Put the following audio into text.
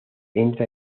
entra